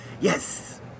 Yes